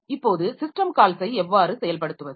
இப்போது சிஸ்டம் கால்ஸை எவ்வாறு செயல்படுத்துவது